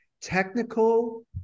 technical